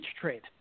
trade